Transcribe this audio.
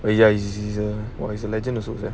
well ya usually caesar he's a legend also leh